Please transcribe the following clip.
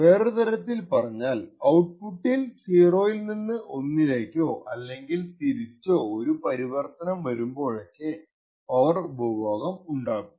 വേറൊരുതരത്തിൽ പറഞ്ഞാൽ ഔട്പുട്ടിൽ 0 ൽ നിന്ന് 1 ലേക്കോ അല്ലെങ്കിൽ തിരിച്ചോ ഒരു പരിവർത്തനം വരുമ്പോഴൊക്കെ പവർ ഉപഭോഗം ഉണ്ടാകും